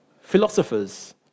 Philosophers